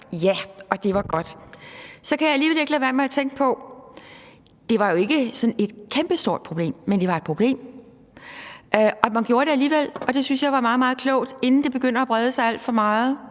Ja, og det var godt. Så kan jeg alligevel ikke lade være med at tænke på, at det jo ikke var sådan et kæmpestort problem, men det var et problem. Man gjorde det alligevel, og det synes jeg var meget, meget klogt, inden det begyndte at brede sig alt for meget.